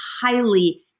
highly